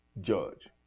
judge